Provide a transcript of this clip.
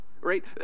right